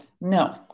no